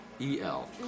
E-L